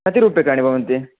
कति रूप्यकाणि भवन्ति